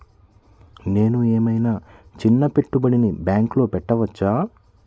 నేను ఏమయినా చిన్న పెట్టుబడిని బ్యాంక్లో పెట్టచ్చా?